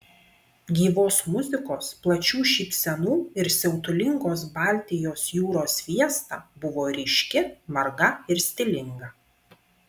gyvos muzikos plačių šypsenų ir siautulingos baltijos jūros fiesta buvo ryški marga ir stilinga